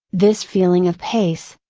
this feeling of pace,